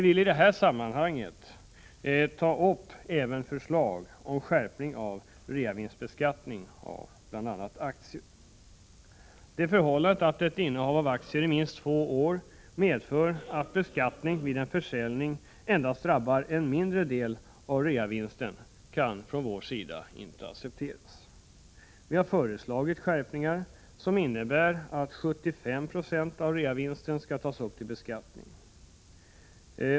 I det här sammanhanget vill vi även ta upp förslag om skärpning av reavinstbeskattningen av bl.a. aktier. Det förhållandet att ett innehav av aktier varat minst två år medför att beskattningen vid en försäljning endast drabbar en mindre del av reavinsten kan från vår sida inte accepteras. Vi har föreslagit skärpningar, som innebär att 75 96 av reavinsten skall tas upp till beskattning.